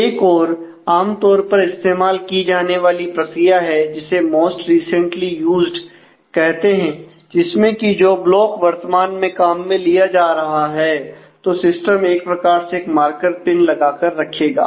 एक और आमतौर पर इस्तेमाल की जाने वाली प्रक्रिया है जिसे मोस्ट रिसेंटली यूज्ड लगाकर रखेगा